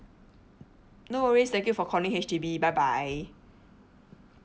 no worries thank you for calling H_D_B bye bye